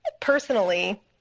personally